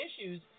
issues